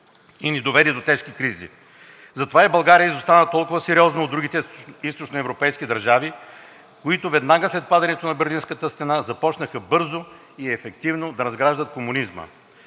и ни доведе до тежки кризи. Затова и България изостава толкова сериозно от другите източноевропейски държави, които веднага след падането на Берлинската стена, започнаха бързо и ефективно да разграждат комунизма.